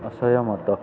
ଅସୟମତ